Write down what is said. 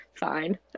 Fine